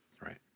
Right